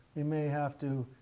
we may have to